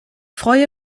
freue